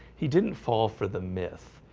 he didn't fall for the myth.